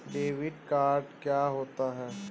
Debit card क्या होता है?